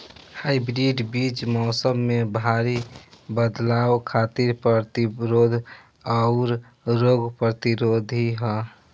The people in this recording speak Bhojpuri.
हाइब्रिड बीज मौसम में भारी बदलाव खातिर प्रतिरोधी आउर रोग प्रतिरोधी ह